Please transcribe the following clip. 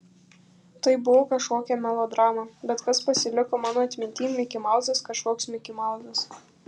tai buvo kažkokia melodrama bet kas pasiliko mano atmintyj mikimauzas kažkoks mikimauzas